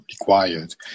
required